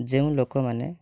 ଯେଉଁ ଲୋକମାନେ